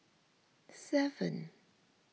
seven